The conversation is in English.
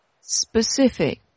Specific